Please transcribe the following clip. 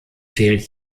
fehlt